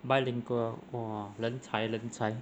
bilingual hor !whoa! 人才人才